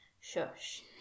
Shush